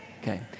Okay